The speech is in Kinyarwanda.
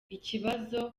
ikibazo